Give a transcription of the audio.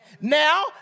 Now